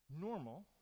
normal